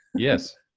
yes.